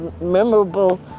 memorable